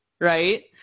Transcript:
right